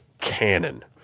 cannon